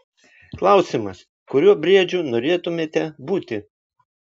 klausimas kuriuo briedžiu norėtumėte būti